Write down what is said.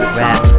rap